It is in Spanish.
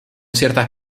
ciertas